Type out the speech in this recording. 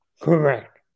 Correct